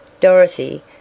Dorothy